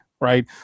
Right